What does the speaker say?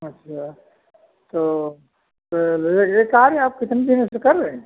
अच्छा तो यह यह कार्य आप कितने दिनों से कर रहे हैं